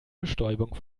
bestäubung